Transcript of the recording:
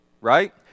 Right